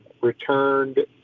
returned